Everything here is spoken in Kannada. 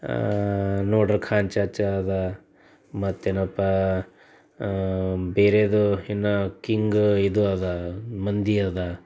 ನೋಡ್ರಿ ಖಾನ್ ಚಾಚಾ ಇದೆ ಮತ್ತೆನಪ್ಪ ಬೇರೇದು ಇನ್ನು ಕಿಂಗ್ ಇದು ಇದೆ ಮಂದಿ ಇದೆ